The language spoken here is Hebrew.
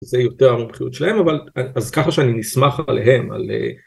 זה יותר המומחיות שלהם אבל אז ככה שאני נסמך עליהם על